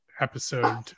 episode